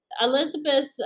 Elizabeth